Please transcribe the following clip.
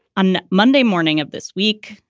on monday morning of this week,